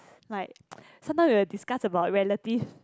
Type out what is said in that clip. like sometime we will discuss about relative